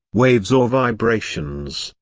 waves or vibrations.